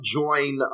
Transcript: join